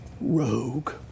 rogue